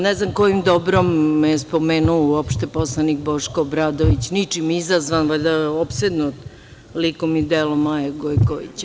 Ne znam kojim dobrom me je spomenuo uopšte poslanik Boško Obradović, ničim izazvan, valjda je opsednut likom i delom Maje Gojković.